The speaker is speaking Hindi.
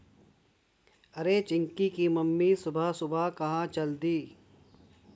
अरे चिंकी की मम्मी सुबह सुबह कहां चल दी?